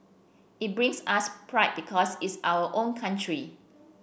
it brings us pride because it's our own country